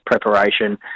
preparation